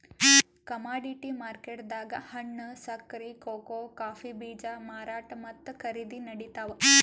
commodity ಮಾರ್ಕೆಟ್ದಾಗ್ ಹಣ್ಣ್, ಸಕ್ಕರಿ, ಕೋಕೋ ಕಾಫೀ ಬೀಜ ಮಾರಾಟ್ ಮತ್ತ್ ಖರೀದಿ ನಡಿತಾವ್